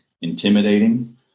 intimidating